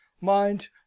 Mind